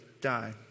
die